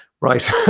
Right